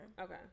Okay